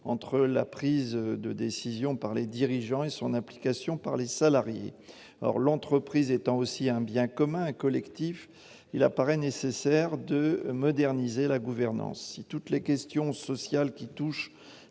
entre la prise de décision par les dirigeants et son application par les salariés. Or, l'entreprise étant également un bien collectif, il apparaît nécessaire d'en moderniser la gouvernance. Si toutes les questions sociales qui concernent